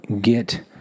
get